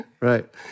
right